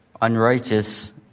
unrighteous